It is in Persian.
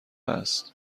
است